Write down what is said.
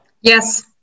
Yes